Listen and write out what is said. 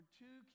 two